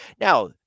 Now